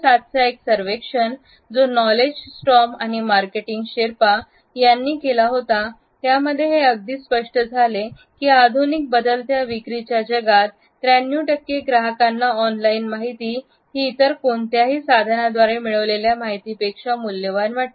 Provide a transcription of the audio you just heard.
2007 चा एक सर्वेक्षण जो नॉलेज स्टॉर्म आणि मार्केटींग शेर्पा यांनी केला होता त्यामध्ये हे अगदी स्पष्ट झाले आधुनिक बदलत्या विक्रीच्या जगात93 ग्राहकांना ऑनलाईन माहिती ती इतर कोणत्याही सन साधनाद्वारे मिळवलेल्या माहिती मूल्यवान वाटते